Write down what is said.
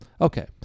Okay